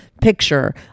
picture